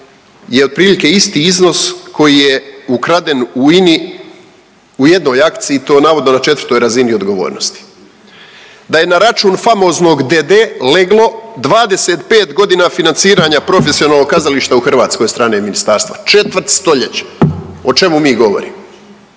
je otprilike isti iznos koji je ukraden u INA-i u jednoj akciji i to naravno na 4. razini odgovornosti. Da je na račun famoznog d.d. leglo 25 godina financiranja profesionalnog kazališta u Hrvatskoj od strane Ministarstva, četvrt stoljeća. O čemu mi govorimo?